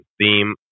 theme